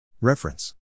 Reference